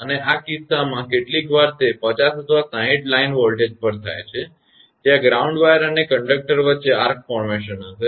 અને આ કિસ્સામાં કે કેટલીકવાર તે 50 અથવા 60 લાઇન વોલ્ટેજ પર થાય છે ત્યાં ગ્રાઉન્ડ વાયર અને કંડક્ટર વચ્ચે આર્ક ફોર્મેશન હશે